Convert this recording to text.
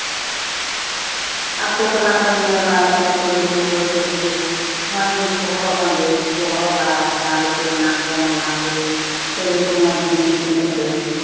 ᱟᱛᱳ ᱴᱚᱞᱟ ᱠᱚᱨᱮᱧ ᱧᱮᱞ ᱵᱟᱲᱟᱭᱮᱫ ᱠᱚᱣᱟ ᱠᱩᱲᱤ ᱠᱚ ᱵᱟᱹᱦᱩ ᱠᱩᱲᱤ ᱠᱚ ᱢᱚᱸᱡᱽ ᱜᱮᱠᱚ ᱦᱚᱨᱚᱜ ᱵᱟᱸᱫᱮ ᱠᱚ ᱦᱚᱨᱚᱜ ᱵᱟᱲᱟᱣ ᱠᱟᱫᱟ ᱞᱩᱛᱩᱨ ᱨᱮᱱᱟᱜ ᱠᱚ ᱢᱟᱞᱟ ᱠᱚ ᱥᱟᱹᱲᱤ ᱠᱚ ᱢᱚᱸᱡᱽ ᱜᱮ ᱢᱮᱪᱤᱝ ᱠᱟᱛᱮᱜ